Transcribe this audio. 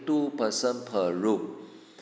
two person per room